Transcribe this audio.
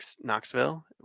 Knoxville